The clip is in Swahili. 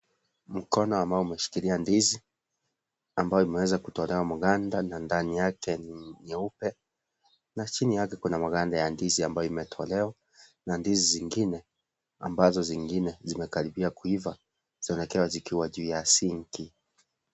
Mkono ambao umeshikilia ndizi, ambayo imeweza kutolewa maganda, na ndani yake ni nyeupe, na chini yake kuna maganda ya ndizi ambayo imetolewa, na ndizi zingine, ambazo zingine zimekaribia kuiva, zinaonekana zikiwa juu ya sinki.